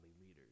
leaders